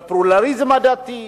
בפלורליזם הדתי,